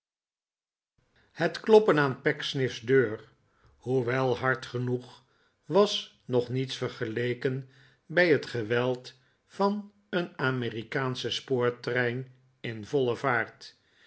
het kloppen aan pecksniff's deur hoewel hard genoeg was nog niets vergeleken bij het geweld van een amerikaanschen spoortrein in voile vaart